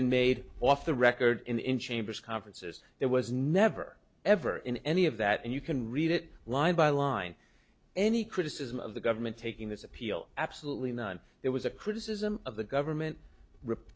been made off the record in chambers conferences there was never ever in any of that and you can read it line by line any criticism of the government taking this appeal absolutely not there was a criticism of the government rip